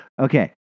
Okay